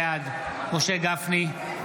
בעד משה גפני,